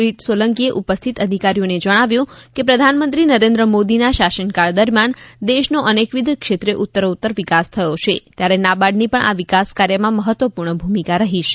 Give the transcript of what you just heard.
શ્રી કિરીટ સોલંકીએ ઉપસ્થિત અધિકારીઓને જણાવ્યું કે પ્રધાનમંત્રી નરેન્દ્ર મોદીના શાસનકાળ દરમિયાન દેશનો અનેકવિધ ક્ષેત્રે ઉત્તરોતર વિકાસ થયો છે ત્યારે નાબાર્ડની પણ આ વિકાસ કાર્યમાં મહત્ત્વપૂર્ણ ભૂમિકા રહી છે